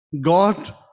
God